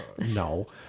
No